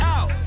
Out